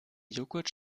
joghurt